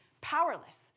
powerless